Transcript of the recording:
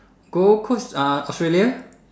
gold coast uh Australia